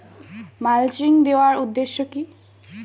Mulching দেওয়ার উদ্দেশ্য কি?